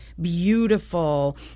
Beautiful